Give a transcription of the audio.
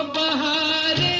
um da